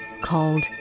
called